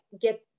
get